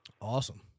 Awesome